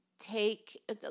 take